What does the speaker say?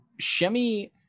shemi